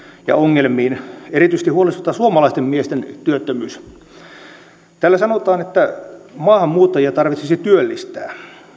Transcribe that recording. ja ongelmiin erityisesti huolestuttaa suomalaisten miesten työttömyys täällä sanotaan että maahanmuuttajat tarvitsisi työllistää